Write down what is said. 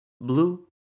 blue